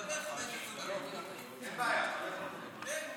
דבר חמש, עשר דקות,